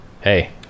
Hey